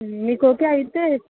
మీకు ఓకే అయితే